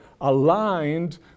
aligned